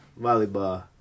Volleyball